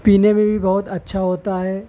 پینے میں بھی بہت اچھا ہوتا ہے